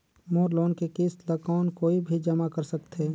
मोर loan के किस्त ल कौन कोई भी जमा कर सकथे?